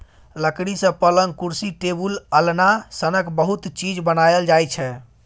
लकड़ी सँ पलँग, कुरसी, टेबुल, अलना सनक बहुत चीज बनाएल जाइ छै